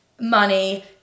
money